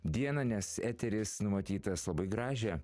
dieną nes eteris numatytas labai gražią